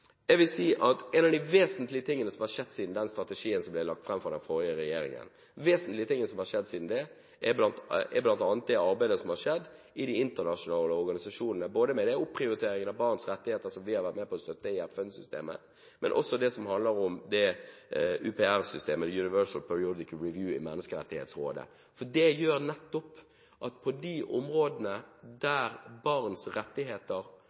Vesentlige ting som har skjedd siden strategien ble lagt fram av den forrige regjeringen, er bl.a. arbeidet som har skjedd i de internasjonale organisasjonene, ikke bare med omprioriteringen av barns rettigheter som vi har vært med på å støtte i FN-systemet, men også det som handler om UPR-systemet, Universal Periodic Review, i Menneskerettighetsrådet. Det gjør at vi nettopp på de områdene der barns rettigheter